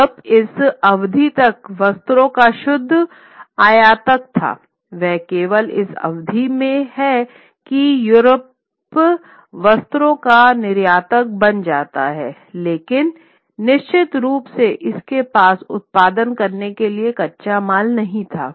Europe इस अवधि तक वस्त्रों का शुद्ध आयातक था यह केवल इस अवधि में है कि यूरोप वस्त्रों का निर्यातक बन जाता है लेकिन निश्चित रूप से इसके पास उत्पादन करने के लिए कच्चा माल नहीं था